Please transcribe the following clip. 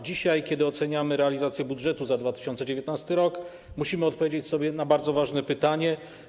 Dzisiaj, kiedy oceniamy realizację budżetu za 2019 r., musimy odpowiedzieć sobie na bardzo ważne pytanie: